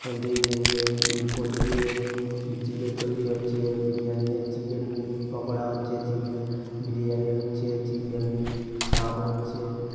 poultry poultry দিয়ে chicken তৈরি হচ্ছে বিরিয়ানি চিকেন পকোড়া হচ্ছে চিকেন বিরিয়ানি হচ্ছে চিকেন চাপ হচ্ছে